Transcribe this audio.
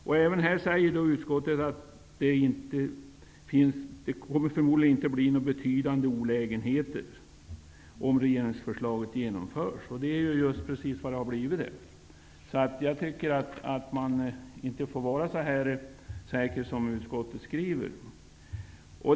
Utskottet hänvisar till att det 1991 ansåg att det förmodligen inte kommer att leda till några betydande olägenheter om regeringsförslaget genomförs. Det är emellertid just precis vad som har hänt. Jag tycker att man inte får vara så säker som utskottet är.